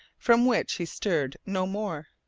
from which he stirred no more.